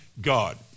God